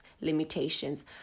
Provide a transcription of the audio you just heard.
limitations